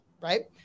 right